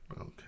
Okay